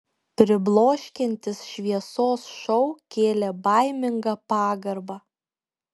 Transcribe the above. pribloškiantis šviesos šou kėlė baimingą pagarbą